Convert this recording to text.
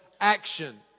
action